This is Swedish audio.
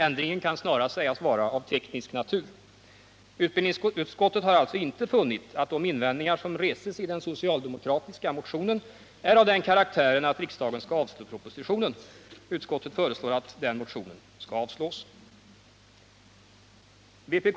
Ändringen kan snarast sägas vara av teknisk natur. Utbildningsutskottet har alltså inte funnit att de invändningar som reses i den socialdemokratiska motionen är av den karaktären, att riksdagen skall avslå propositionen. Utskottet föreslår att motionen 1978/79:27 skall avslås.